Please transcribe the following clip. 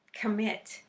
Commit